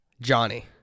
Johnny